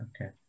Okay